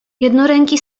jednoręki